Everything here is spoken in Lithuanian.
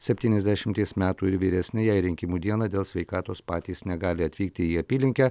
septyniasdešimties metų ir vyresni jei rinkimų dieną dėl sveikatos patys negali atvykti į apylinkę